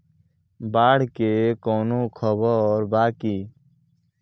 बाढ़ के कवनों खबर बा की?